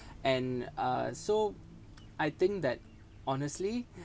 and uh so I think that honestly